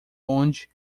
onde